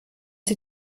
sie